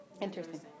Interesting